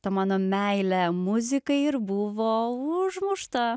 ta mano meilė muzikai ir buvo užmušta